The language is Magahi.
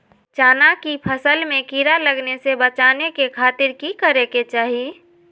चना की फसल में कीड़ा लगने से बचाने के खातिर की करे के चाही?